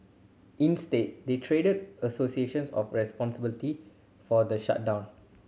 instead they traded associations of responsibility for the shutdown